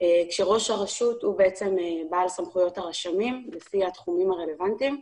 כאשר ראש הרשות הוא בעל סמכויות הרשמים לפי התחומי הרלוונטיים.